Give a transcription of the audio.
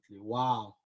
Wow